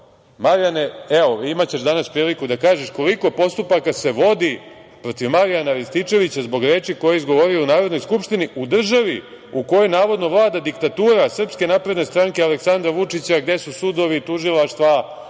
Marijane, evo, imaćeš danas priliku da kažeš koliko postupaka se vodi protiv Marijana Ristićevića zbog reči koje je izgovorio u Narodnoj skupštini, u državi u kojoj navodno vlada diktatura SNS, Aleksandra Vučića, a gde su sudovi, tužilaštva,